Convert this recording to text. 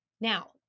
Now